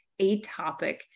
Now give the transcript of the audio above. atopic